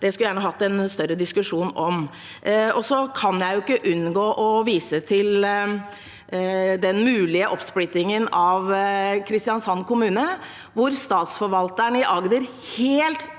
Det skulle jeg gjerne hatt en større diskusjon om. Jeg kan ikke unngå å vise til den mulige oppsplittingen av Kristiansand kommune, hvor statsforvalteren i Agder helt